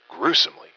gruesomely